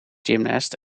gymnast